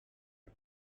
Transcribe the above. was